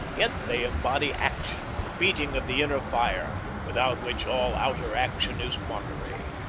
yet they embody action, the beating of the inner fire, without which all outer action is mockery.